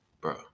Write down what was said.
Bro